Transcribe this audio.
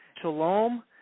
shalom